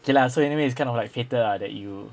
okay lah so anyway it's kind of like fated ah that you